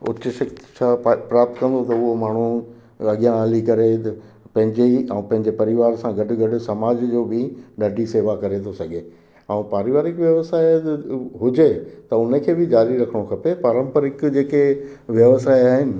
उच शिक्षा प प्राप्त कंदो त हूअ माण्हू अॻियां हली करे त पंहिंजे ई ऐं पंहिंजे परिवार सां गॾु गॾु समाज जो बि ॾाढी शेवा करे थो सघे ऐं पारिवारिक व्यवसाय हुजे त उनखे बि जारी रखिणो खपे पारंपरिक जेके व्यवसाय आहे